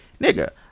nigga